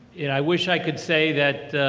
and i wish i could say that,